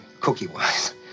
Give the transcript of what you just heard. cookie-wise